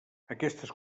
aquestes